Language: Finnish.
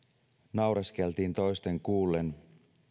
naureskeltiin toisten kuullen